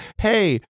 hey